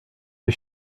des